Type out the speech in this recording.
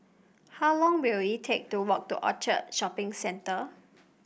how long will it take to walk to Orchard Shopping Centre